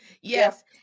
Yes